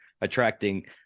attracting